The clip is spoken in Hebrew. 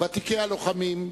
ותיקי הלוחמים,